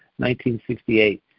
1968